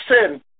sin